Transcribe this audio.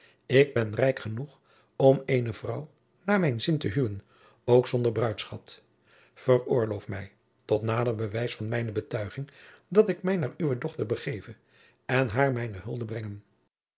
ik ben rijk genoeg om eene vrouw naar mijn zin te huwen ook zonder bruidschat veroorloof mij tot nader bewijs van mijne betuiging dat ik mij naar uwe dochter begeve en haar mijne hulde brenge